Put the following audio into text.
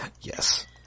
Yes